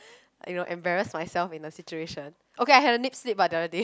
you know embarrass myself in a situation okay I had a nip slip but the other day